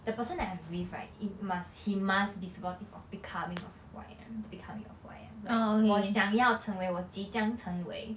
the person that I'm with right it must he must be supportive of becoming of who I am to becoming of who I am like 我想要成为我即将成为